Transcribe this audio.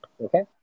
Okay